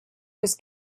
was